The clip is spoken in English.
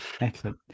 Excellent